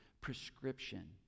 prescription